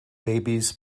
babies